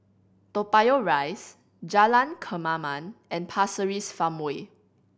Toa Payoh Rise Jalan Kemaman and Pasir Ris Farmway